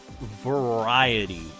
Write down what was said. variety